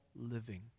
living